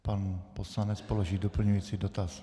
Pan poslanec položí doplňující dotaz.